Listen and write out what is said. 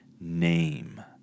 name